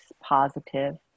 positive